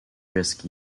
risk